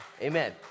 Amen